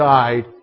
died